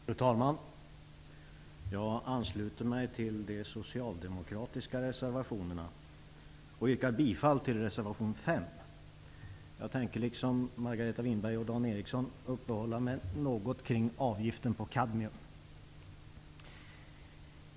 Fru talman! Jag ansluter mig till de socialdemokratiska reservationerna och yrkar bifall till reservation 5. Jag tänker liksom Margareta Winberg och Dan Ericsson i Kolmården uppehålla mig något vid avgiften på kadmium.